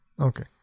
Okay